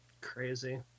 Crazy